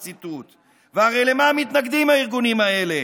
והרי למה מתנגדים הארגונים האלה?